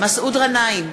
מסעוד גנאים,